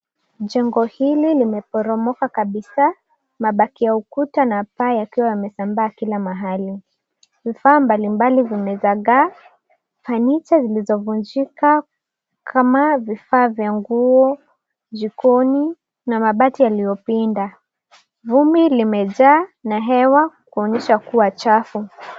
Jengo hili limeporomoka kabisa, yamebaki tu mabaki ya kuta na vipande vya mbao vimezagaa kila mahali. Vifaa mbalimbali vimetapakaa, pamoja na sinki lililovunjika, vifaa vya jikoni, na mabati yaliyopinda. Vumbi limeenea na hewa inaonyesha hali ya uchafu